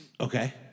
Okay